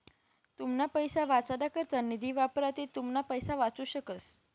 तुमना पैसा वाचाडा करता निधी वापरा ते तुमना पैसा वाचू शकस